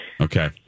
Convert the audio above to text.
Okay